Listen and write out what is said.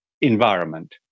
environment